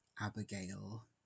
Abigail